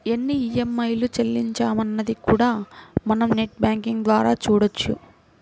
ఎన్ని ఈఎంఐలు చెల్లించామన్నది కూడా మనం నెట్ బ్యేంకింగ్ ద్వారా చూడొచ్చు